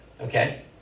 Okay